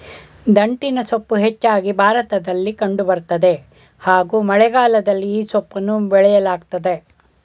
ದಂಟಿನಸೊಪ್ಪು ಹೆಚ್ಚಾಗಿ ಭಾರತದಲ್ಲಿ ಕಂಡು ಬರ್ತದೆ ಹಾಗೂ ಮಳೆಗಾಲದಲ್ಲಿ ಈ ಸೊಪ್ಪನ್ನ ಬೆಳೆಯಲಾಗ್ತದೆ